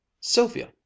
Sylvia